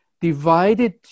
divided